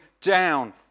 down